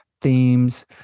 themes